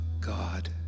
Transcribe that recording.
God